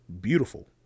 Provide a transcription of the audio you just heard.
beautiful